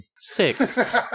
Six